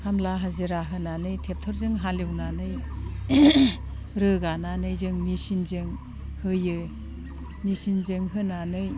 खामला हाजिरा होनानै ट्रेक्ट'रजों हालेवनानै रोगानानै जों मेसिनजों होयो मेसिनजों होनानै